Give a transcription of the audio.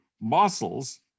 muscles